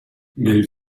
nel